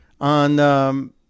on